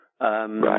Right